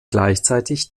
gleichzeitig